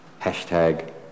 Hashtag